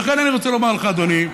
לכן אני רוצה לומר לך, אדוני,